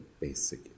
basic